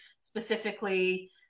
specifically